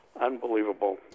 unbelievable